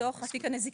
בתוך התיק הנזיקי.